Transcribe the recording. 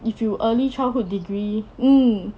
if you early childhood degree hmm